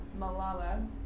Malala